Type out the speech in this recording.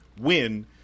win